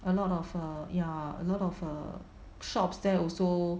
a lot of err ya a lot of err shops there also